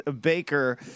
Baker